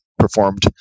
performed